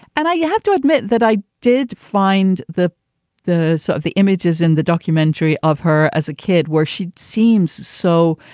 and i have to admit that i did find the the sort of the images in the documentary of her as a kid where she seems so,